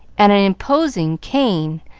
and an imposing cane,